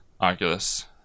Oculus